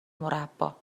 مربّا